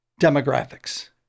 demographics